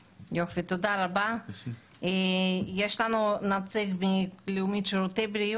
קצת נתונים: במכבי יש לנו 7,900 מרותקים